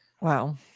Wow